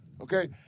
okay